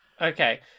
okay